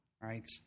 right